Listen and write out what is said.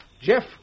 Jeff